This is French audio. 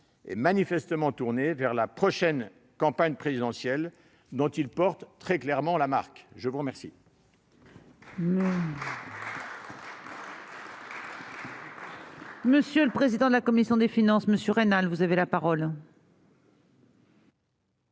et manifestement tourné vers la prochaine campagne présidentielle, dont il porte très clairement la marque. La parole